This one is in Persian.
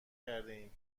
کردهایم